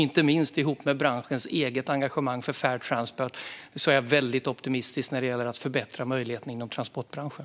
Inte minst ihop med branschens eget engagemang för fair transport är jag väldigt optimistisk när det gäller att förbättra möjligheterna inom transportbranschen.